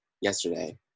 yesterday